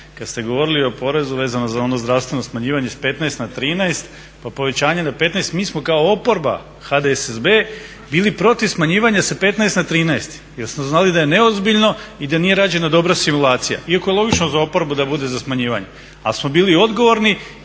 Kada ste govorili o porezu vezano za ono zdravstveno smanjivanje s 15 na 13 pa povećanje na 15 mi smo kao oporba HDSSB bili protiv smanjivanja sa 15 na 13 jer smo znali da je neozbiljno i da nije rađena dobra simulacija. Iako je logično za oporbu da bude za smanjivanje, ali smo bili odgovorni